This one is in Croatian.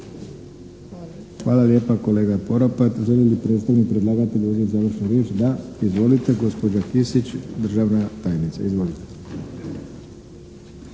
Hvala lijepa kolega Poropat. Želi li predstavnik predlagatelja uzeti završnu riječ? Da. Izvolite. Gospođa Kisić, državna tajnica. Izvolite.